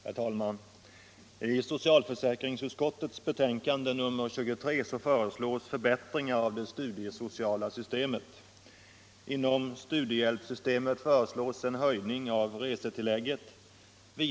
Herr talman! I socialförsäkringsutskottets betänkande nr 23 föreslås förbättringar av det studiesociala systemet.